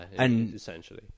essentially